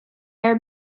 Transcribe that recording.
are